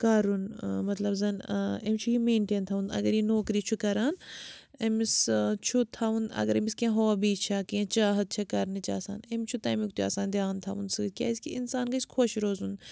کَرُن مطلب زَن أمِس چھُ یہِ مینٹین تھاوُن اَگر یہِ نوکری چھُ کَران أمِس چھُ تھاوُن اَگر أمِس کیٚنٛہہ ہابی چھےٚ کیٚنٛہہ چاہَت چھےٚ کَرنٕچ آسان أمِس چھُ تَمیُک تہِ آسان دھیان تھاوُن سۭتۍ کیٛازکہِ اِنسان گَژھِ خۄش روزُن